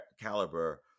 caliber